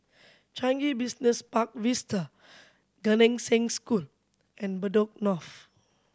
Changi Business Park Vista Gan Eng Seng School and Bedok North